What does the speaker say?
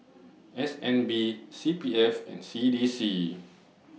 S N B C P F and C D C